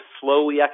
slowly